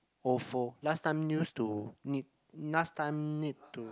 Ofo last time used to need last time need to